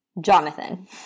Jonathan